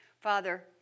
Father